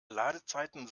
ladezeiten